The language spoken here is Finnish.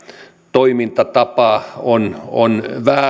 toimintatapa on on väärä